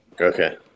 Okay